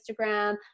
Instagram